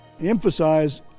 emphasize